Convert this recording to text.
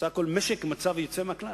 סך הכול משק במצב יוצא מהכלל,